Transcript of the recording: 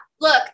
look